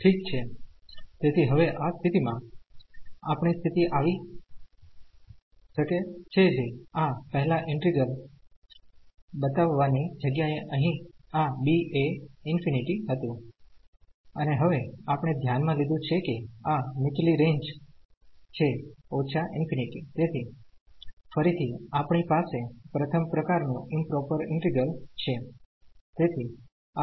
ઠીક છે તેથી હવે આ સ્થિતિમાં આપણી સ્થિતિ આવી શકે છે જે આ પહેલાં ઈન્ટિગ્રલ બતાવવાની જગ્યાએ અહીં આ b એ ∞ હતું અને હવે આપણે ધ્યાનમાં લીધું છે કે આ નીચલી રેન્જ છે −∞ તેથી ફરીથી આપણી પાસે પ્રથમ પ્રકારનું ઈમપ્રોપર ઈન્ટિગ્રલછે